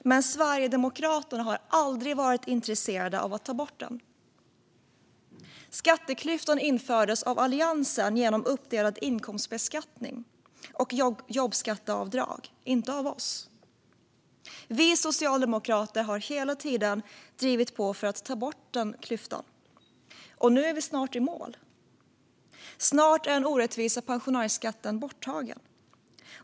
Men Sverigedemokraterna har aldrig varit intresserade av att ta bort den. Skatteklyftan infördes av Alliansen genom uppdelad inkomstbeskattning och jobbskatteavdrag, inte av oss. Vi socialdemokrater har hela tiden drivit på för att ta bort denna klyfta. Nu är vi snart i mål. Snart är den orättvisa pensionärsskatten borttagen.